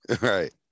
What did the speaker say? Right